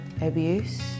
abuse